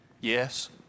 Yes